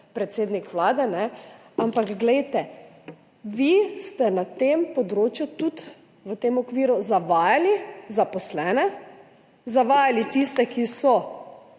predsednik Vlade, ampak tudi vi ste na tem področju, v tem okviru zavajali zaposlene, zavajali tiste, ki so